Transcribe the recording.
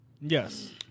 Yes